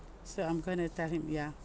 so I'm going to tell him ya